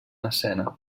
escena